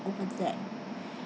over there